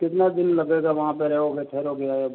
कितना दिन लगेगा वहाँ पे रहोगे ठहरोगे